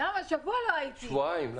עשרה ימים לא הייתי.